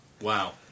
Wow